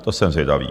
To jsem zvědavý.